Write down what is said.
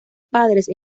padres